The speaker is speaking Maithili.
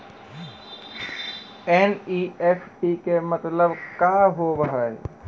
एन.ई.एफ.टी के मतलब का होव हेय?